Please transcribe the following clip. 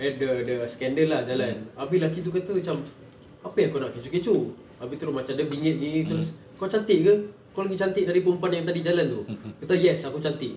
then the the scandal ah jalan abeh laki tu kata macam apa yang kau nak kecoh-kecoh abeh terus macam dia bingit sendiri terus kau cantik ke kau lagi cantik dari perempuan yang tadi jalan tu kata yes aku cantik